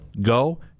go